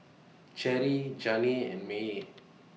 Cherry Janae and Maye